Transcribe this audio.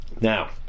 Now